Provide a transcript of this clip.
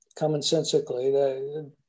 commonsensically